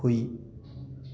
ꯍꯨꯏ